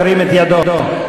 ירים את ידו.